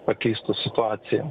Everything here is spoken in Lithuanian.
pakeistų situaciją